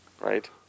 Right